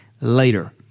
later